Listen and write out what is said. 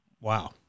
wow